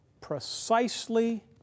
precisely